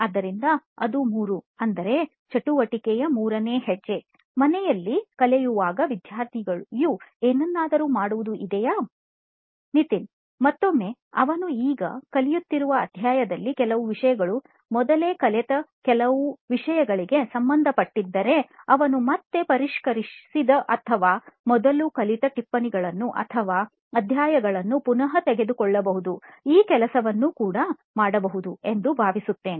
ಆದ್ದರಿಂದ ಅದು 3 ಅಂದರೆ ಚಟುವಟಿಕೆಯ ಮೂರನೇ ಹೆಜ್ಜೆ ಮನೆಯಲ್ಲಿ ಕಲಿಯುವಾಗ ವಿದ್ಯಾರ್ಥಿಯು ಇನ್ನೆದಾದರೂ ಮಾಡುವುದು ಇದೆಯಾ ನಿತಿನ್ ಮತ್ತೊಮ್ಮೆ ಅವನು ಈಗ ಕಲಿಯುತ್ತಿರುವ ಅಧ್ಯಾಯದಲ್ಲಿ ಕೆಲವು ವಿಷಯಗಳು ಮೊದಲೇ ಕಲಿತ ಕೆಲವು ವಿಷಯಗಳಿಗೆ ಸಂಬಂಧಪಟ್ಟಿದ್ದರೆ ಅವನು ಮತ್ತೆ ಪರಿಷ್ಕರಿಸಿದ ಅಥವಾ ಮೊದಲು ಕಲಿತ ಟಿಪ್ಪಣಿಗಳನ್ನು ಅಥವಾ ಅಧ್ಯಾಯಗಳನ್ನು ಪುನಃ ತೆಗೆದುಕೊಳ್ಳಬಹುದು ಈ ಕೆಲಸವನ್ನು ಕೂಡ ಮಾಡಬಹುದು ಎಂದು ಭಾವಿಸುತ್ತೇನೆ